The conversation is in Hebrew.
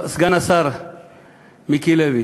סגן השר מיקי לוי,